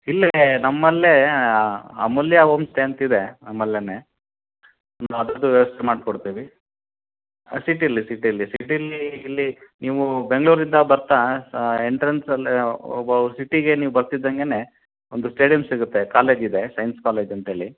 ಇಲ್ಲೆ ನಮ್ಮಲ್ಲೇ Amulya home stay ಅಂತ ಇದೆ ನಮ್ಮಲ್ಲೇನೆ ನಿಮ್ಗೆ ಅದದ್ದೂ ವ್ಯವಸ್ಥೆ ಮಾಡ್ಕೊಡ್ತೀವಿ ಸಿಟಿಲ್ಲಿ ಸಿಟಿಲ್ಲಿ ಸಿಟಿಲ್ಲೀ ಇಲ್ಲಿ ನೀವು ಬೆಂಗಳೂರಿಂದ ಬರ್ತಾ ಎಂಟ್ರೆನ್ಸಲ್ಲೇ ಒಬವ್ ಸಿಟಿಗೆ ನೀವ್ ಬರ್ತಿದಂಗೆನೆ ಒಂದು ಸ್ಟೇಡಿಯಮ್ ಸಿಗುತ್ತೆ ಕಾಲೇಜಿದೆ ಸೈನ್ಸ್ ಕಾಲೇಜ್ ಅಂತೇಳಿ